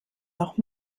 noch